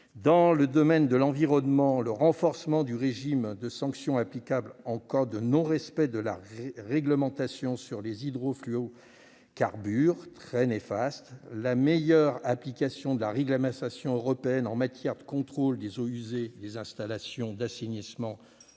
Dans le domaine de l'environnement, notons que le texte renforce le régime de sanctions applicables en cas de non-respect de la réglementation sur les hydrofluorocarbures, qui sont très néfastes, la meilleure application de la réglementation européenne en matière de contrôle des eaux usées des installations d'assainissement